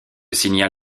signal